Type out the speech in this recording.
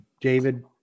David –